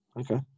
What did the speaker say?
okay